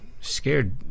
scared